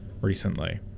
recently